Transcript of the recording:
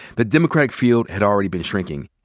the democratic field ad already been shrinking.